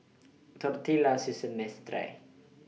Tortillas IS A Miss Try